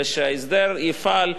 ושההסדר יפעל,